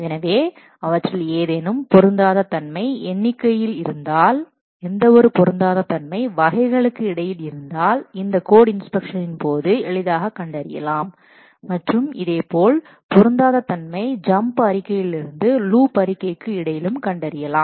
எனவே அவற்றில் ஏதேனும் பொருந்தாத தன்மை எண்ணிக்கையில் இருந்தால் எந்தவொரு பொருந்தாத தன்மை வகைகளுக்கு இடையில் இருந்தால் இந்த கோட் இன்ஸ்பெக்ஷன் போது எளிதாகக் கண்டறியலாம் மற்றும் இதேபோல் பொருந்தாத தன்மை ஜம்பு அறிக்கையிலிருந்து லூப் அறிக்கைக்கு இடையிலும் கண்டறியலாம்